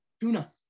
Tuna